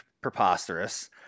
preposterous